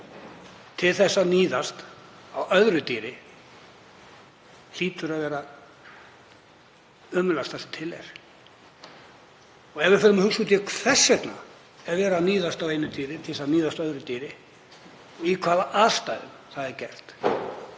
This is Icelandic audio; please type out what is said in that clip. til þess að níðast á öðru dýri hlýtur að vera það ömurlegasta sem til er. Og ef við förum að hugsa út í hvers vegna er verið að níðast á einu dýri til að níðast á öðru dýri og í hvaða aðstæðum það er gert